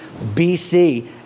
BC